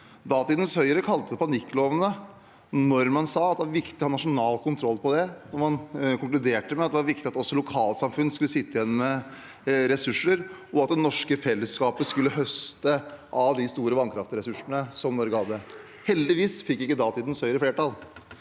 Datidens Høyre kalte det «panikklovene» da man sa at det var viktig å ha nasjonal kontroll på det, da man konkluderte med at det var viktig at også lokalsamfunn skulle sitte igjen med ressurser, og at det norske fellesskapet skulle høste av de store vannkraftressursene som Norge hadde. Heldigvis fikk ikke datidens Høyre flertall,